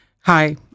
Hi